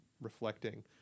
reflecting